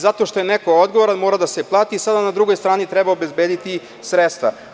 Zato što je neko odgovoran, mora da se plati, sada na drugoj strani treba obezbediti sredstva.